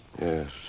Yes